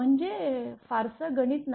म्हणजे फारसं गणित नाही